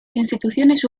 instituciones